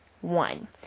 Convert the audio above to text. One